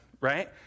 right